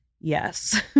Yes